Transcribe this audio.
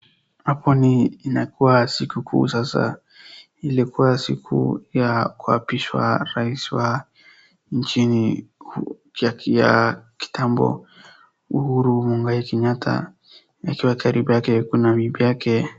Hapa inakaa siku kuu, inakaa siku ile ya kuapishwa rais wa nchini wa kitambo Uhuru Muigia Kenyatta akiwa karibu yake kuna bibi yake.